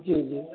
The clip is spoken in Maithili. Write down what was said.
जी जी